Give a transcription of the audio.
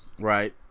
Right